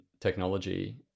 technology